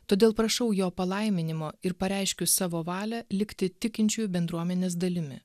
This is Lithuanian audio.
todėl prašau jo palaiminimo ir pareiškiu savo valią likti tikinčiųjų bendruomenės dalimi